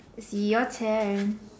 is your turn